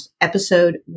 episode